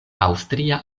aŭstria